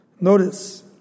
Notice